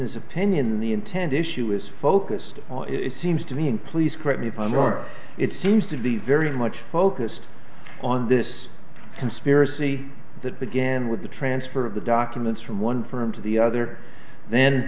his opinion the intended issue is focused on it seems to me and please correct me if i'm wrong it seems to be very much focused on this conspiracy that began with the transfer of the documents from one firm to the other then